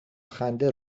خنده